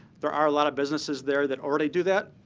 there are a lot of businesses there that already do that,